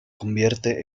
convierte